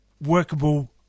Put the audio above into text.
workable